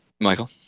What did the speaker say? Michael